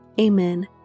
Amen